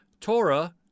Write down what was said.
Torah